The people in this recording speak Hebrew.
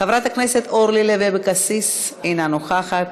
חברת הכנסת אורלי לוי אבקסיס, אינה נוכחת,